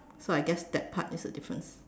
so I guess that part is the difference